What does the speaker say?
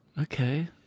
Okay